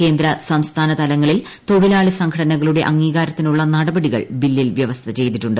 കേന്ദ്ര സ്സ്ഥാന തലങ്ങളിൽ തൊഴിലാളി സംഘടനകളുടെ അംഗ്ലീക്ടർത്തിനുള്ള നടപടികൾ ബില്ലിൽ വൃവസ്ഥ ചെയ്തിട്ടുണ്ട്